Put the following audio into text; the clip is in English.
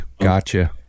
gotcha